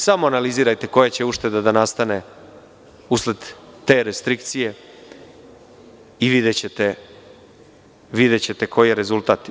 Samo analizirajte koja će ušteda da nastane usled te restrikcije i videćete koji je rezultat.